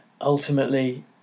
ultimately